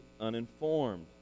uninformed